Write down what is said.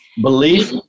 Belief